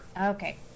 Okay